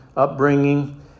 upbringing